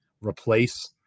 replace